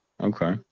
Okay